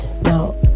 Now